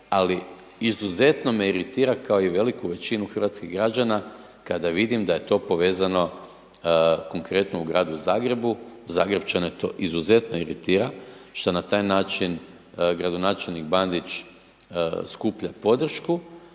ali izuzetno me iritira, kao i veliku većinu hrvatskih građana, kada vidim da je to povezano, konkretno u Gradu Zagrebu, Zagrepčane to izuzetno iritira, što na taj način gradonačelnik Bandić skuplja podršku,